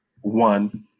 one